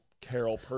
Carol